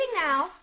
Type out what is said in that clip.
now